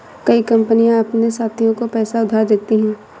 कई कंपनियां अपने साथियों को पैसा उधार देती हैं